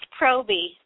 Proby